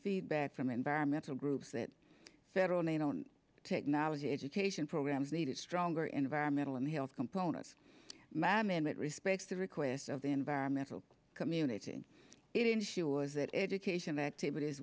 feedback from environmental groups that federal made on technology education programs needed stronger environmental and health components ma'am and it respects the requests of the environmental community it ensures that education activities